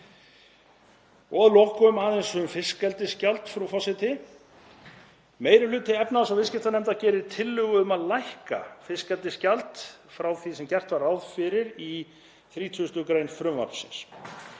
Að lokum aðeins um fiskeldisgjald, frú forseti. Meiri hluti efnahags- og viðskiptanefndar gerir tillögu um að lækka fiskeldisgjald frá því sem gert var ráð fyrir í 30. gr. frumvarpsins.